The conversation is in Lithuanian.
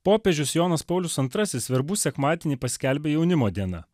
popiežius jonas paulius antrasis verbų sekmadienį paskelbė jaunimo diena